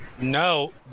No